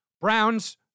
Browns